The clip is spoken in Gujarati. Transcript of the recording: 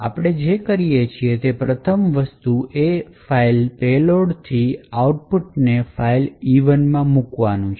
આપણે જે કરીએ છીએ તે પ્રથમ વસ્તુ એ ફાઇલ payload થી આઉટપુટને ફાઇલ E1 માં મૂકવાનું છે